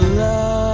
love